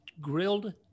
grilled